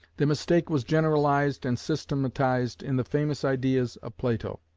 the mistake was generalized and systematized in the famous ideas of plato.